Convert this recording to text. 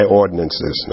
ordinances